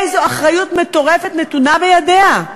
איזו אחריות מטורפת נתונה בידיה.